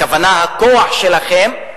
הכוונה הכוח שלכם,